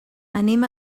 anem